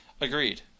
Agreed